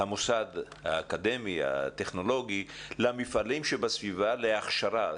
המוסד האקדמי הטכנולוגי למפעלים שבסביבה להכשרה?